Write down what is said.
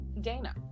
Dana